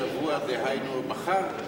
השבוע, דהיינו מחר?